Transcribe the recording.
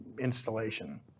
installation